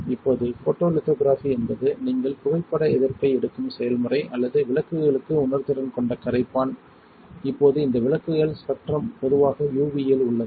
இப்போது ஃபோட்டோலித்தோகிராபி என்பது நீங்கள் புகைப்பட எதிர்ப்பை எடுக்கும் செயல்முறை அல்லது விளக்குகளுக்கு உணர்திறன் கொண்ட கரைப்பான் இப்போது இந்த விளக்குகள் ஸ்பெக்ட்ரம் பொதுவாக UV இல் உள்ளது